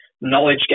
knowledge